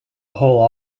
whole